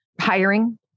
hiring